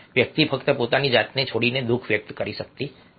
વ્યક્તિ ફક્ત પોતાની જાતને છોડીને દુઃખ વ્યક્ત કરી શકતી નથી